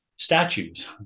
Statues